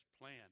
plan